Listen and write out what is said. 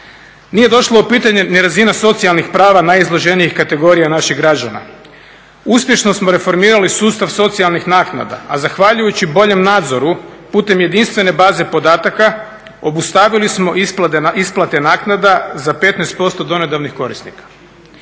Nije došla u pitanje ni razina socijalnih prava najizloženijih kategorija naših građana. Uspješno smo reformirali sustav socijalnih naknada, a zahvaljujući boljem nadzoru putem jedinstvene baze podataka, obustavili smo isplate naknada za 15% donedavnih korisnika.